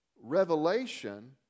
revelation